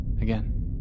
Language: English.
again